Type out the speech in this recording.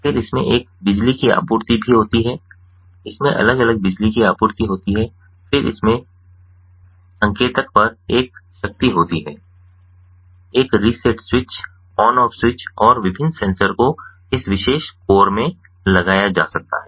फिर इसमें एक बिजली की आपूर्ति भी होती है इसमें अलग अलग बिजली की आपूर्ति होती है फिर इसमें संकेतक पर एक शक्ति होती है एक reset switch on off switch और विभिन्न सेंसर को इस विशेष कोर में लगाया जा सकता है